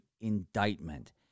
indictment